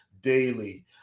daily